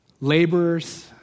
laborers